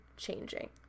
Changing